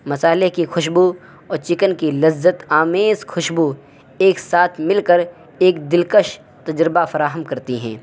مسالے کی خوشبو اور چکن کی لذت آمیز خوشبو ایک ساتھ مل کر ایک دلکش تجربہ فراہم کرتی ہیں